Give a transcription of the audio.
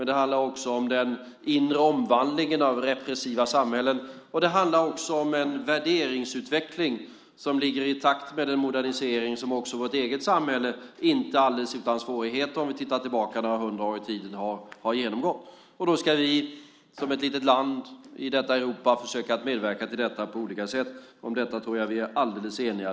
Det handlar om den inre omvandlingen av repressiva samhällen. Det handlar vidare om en värderingsutveckling som ligger i takt med den modernisering som också vårt eget samhälle - inte alldeles utan svårighet om vi tittar tillbaka några hundra år i tiden - har genomgått. Då ska vi som ett litet land i Europa försöka medverka till detta på olika sätt. Om detta tror jag att vi är helt eniga.